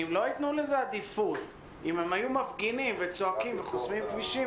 אם לא יתנו לזה עדיפות אם הם היו מפגינים וצועקים וחוסמים כבישים,